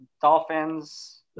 Dolphins